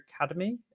academy